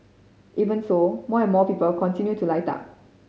even so more and more people continue to light up